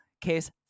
Case